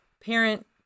parent